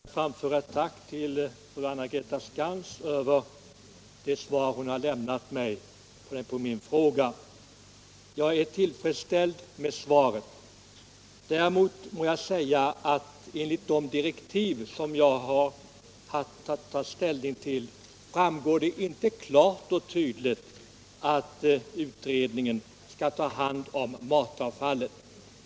Herr talman! Tillåt mig att framföra ett tack till fru Anna-Greta Skantz för det svar hon lämnat på min fråga. Jag är tillfredsställd med svaret. Däremot må jag säga att det inte klart framgår av de direktiv som jag har haft att ta ställning till att utredningen skall ta upp frågan om matavfallet.